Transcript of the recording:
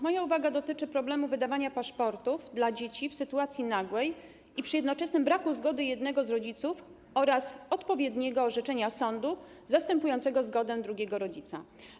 Moja uwaga dotyczy problemu wydawania paszportów dla dzieci w nagłej sytuacji i przy jednoczesnym braku zgody jednego z rodziców oraz braku odpowiedniego orzeczenia sądu zastępującego zgodę drugiego rodzica.